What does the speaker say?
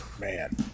man